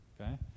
Okay